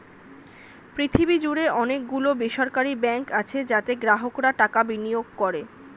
পৃথিবী জুড়ে অনেক গুলো বেসরকারি ব্যাঙ্ক আছে যাতে গ্রাহকরা টাকা বিনিয়োগ করে